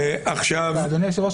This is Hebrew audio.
אדוני היושב-ראש,